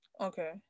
Okay